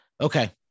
Okay